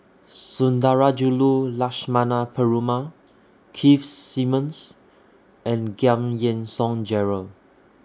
Sundarajulu Lakshmana Perumal Keith Simmons and Giam Yean Song Gerald